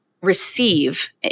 receive